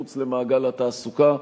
מחוץ למעגל התעסוקה.